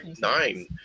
nine